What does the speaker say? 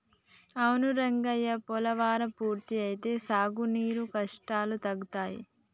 అవును రంగయ్య పోలవరం పూర్తి అయితే సాగునీరు కష్టాలు తగ్గుతాయి